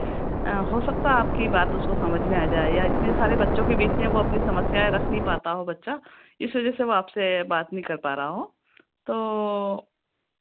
हो सकता आपकी बात उसको समझ में आ जाए या इतने सारे बच्चों के बीच में वह अपनी समस्याएँ रख नहीं पाता हो बच्चा इस वजह से वह आपसे बात नहीं कर पा रहा हो तो